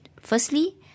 Firstly